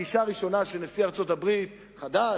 פגישה ראשונה של נשיא ארצות-הברית החדש